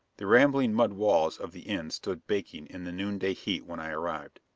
the rambling mud walls of the inn stood baking in the noonday heat when i arrived.